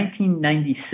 1996